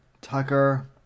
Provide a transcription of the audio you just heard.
Tucker